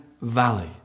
valley